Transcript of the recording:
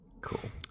Cool